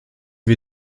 wir